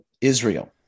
Israel